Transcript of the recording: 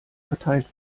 verteilt